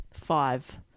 five